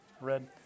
red